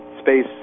space